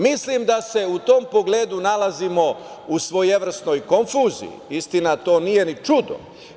Mislim da se u tom pogledu nalazimo u svojevrsnoj konfuziji, istina to nije ni čudo.